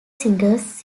singers